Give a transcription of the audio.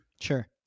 Sure